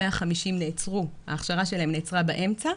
150 הכשרתם נעצרה באמצע,